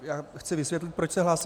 Já chci vysvětlit, proč se hlásím.